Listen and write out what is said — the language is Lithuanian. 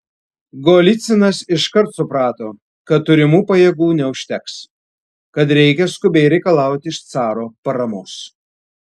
golycinas iškart suprato kad turimų pajėgų neužteks kad reikia skubiai reikalauti iš caro paramos